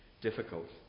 difficult